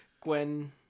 Gwen